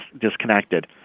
disconnected